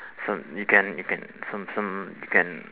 so you can you can so so you can